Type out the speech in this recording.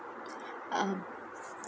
um